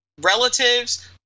relatives